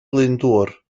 glyndŵr